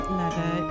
leather